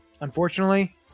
unfortunately